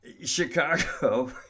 Chicago